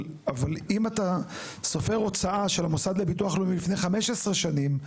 אבל אם אתה סופר הוצאה של המוסד לביטוח לאומי לפני 15 שנים,